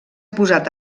posat